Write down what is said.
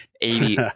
eighty